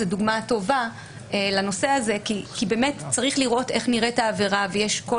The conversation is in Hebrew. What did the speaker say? זאת דוגמה טובה לנושא הזה כי באמת צריך לראות איך נראית העבירה ויש כל